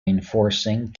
reinforcing